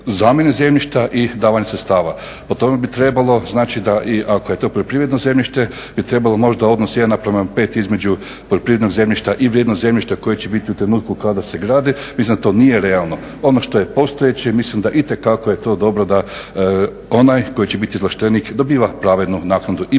zamjene zemljišta i davanja sredstava. Po tome bi trebalo značiti da ako je to poljoprivredno zemljište bi trebalo možda odnos 1 na prema 5 između poljoprivrednog zemljišta i vrijednost zemljišta koje će biti u trenutku kada se gradi. Mislim da to nije realno. Ono što je postojeće mislim da itekako je to dobro da onaj tko će biti izvlaštenik dobiva pravednu naknadu i po toj